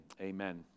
amen